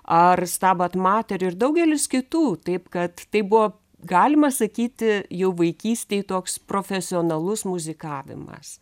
ar stabat mater ir daugelis kitų taip kad tai buvo galima sakyti jau vaikystėj toks profesionalus muzikavimas